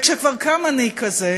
וכשכבר קם מנהיג כזה,